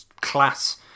class